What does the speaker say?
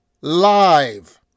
live